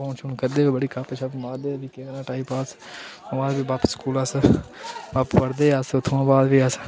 phone शोन करदे हे बड़ी गपशप मारदे हे भी केह् करना टाईम पास औना भी बप्प स्कूला अस